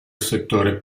settore